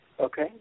Okay